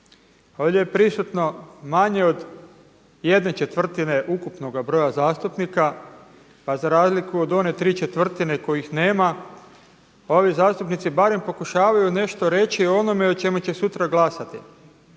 Ovdje je prisutno manje od 1/4 ukupnoga broja zastupnika, pa za razliku od one 3/4 kojih nema ovi zastupnici barem pokušavaju nešto reći o onome o čemu će sutra glasati.